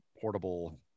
portable